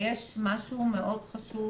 יש משהו מאוד חשוב